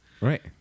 Right